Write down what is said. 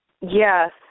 Yes